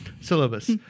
Syllabus